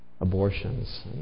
abortions